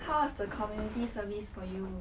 how was the community service for you